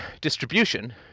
distribution